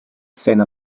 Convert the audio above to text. seiner